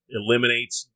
eliminates